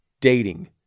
dating